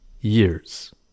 years